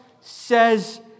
says